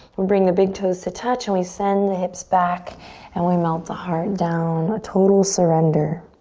and bring the big toes to touch and we send the hips back and we melt the heart down. a total surrender.